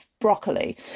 broccoli